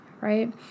right